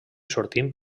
sortint